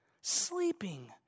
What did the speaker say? sleeping